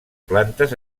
plantes